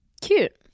Cute